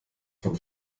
von